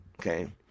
okay